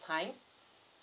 time